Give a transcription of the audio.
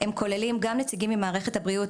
הם כוללים גם נציגים ממערכת הבריאות,